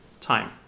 time